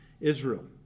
Israel